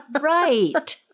right